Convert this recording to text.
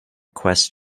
quest